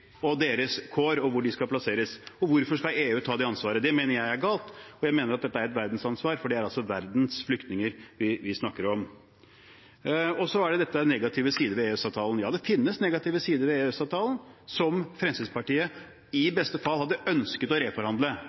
deres kår og hvor de skal plasseres. Hvorfor skal EU ta det ansvaret? Det mener jeg er galt, jeg mener dette er et verdensansvar, for det er verdens flyktninger vi snakker om. Så er det dette med negative sider ved EØS-avtalen. Ja, det finnes negative sider ved EØS-avtalen, som Fremskrittspartiet i beste fall hadde ønsket å reforhandle.